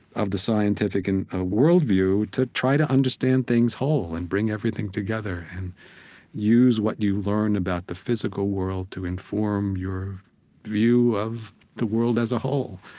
the scientific and ah worldview, to try to understand things whole and bring everything together and use what you learn about the physical world to inform your view of the world as a whole.